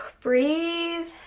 breathe